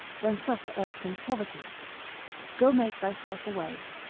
than suffer irksome poverty go make thyself away.